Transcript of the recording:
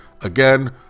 Again